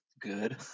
good